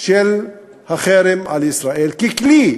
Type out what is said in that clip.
של החרם על ישראל ככלי